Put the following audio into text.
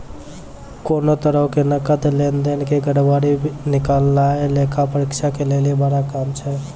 कोनो तरहो के नकद लेन देन के गड़बड़ी निकालनाय लेखा परीक्षक लेली बड़ा काम छै